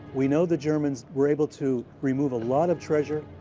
we know the germans were able to remove a lot of treasure.